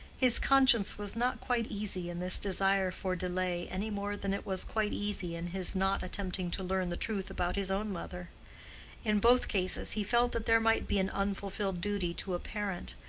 his conscience was not quite easy in this desire for delay, any more than it was quite easy in his not attempting to learn the truth about his own mother in both cases he felt that there might be an unfulfilled duty to a parent,